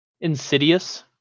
Insidious